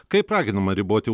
kaip raginama riboti